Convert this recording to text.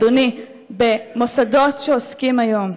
אדוני, במוסדות שעוסקים היום,